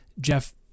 Jeff